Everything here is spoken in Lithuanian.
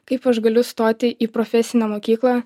kaip aš galiu stoti į profesinę mokyklą